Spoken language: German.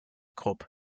krupp